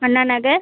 Anna Nagar